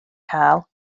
cael